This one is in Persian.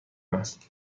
است